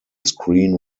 screen